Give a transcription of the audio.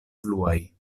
bluaj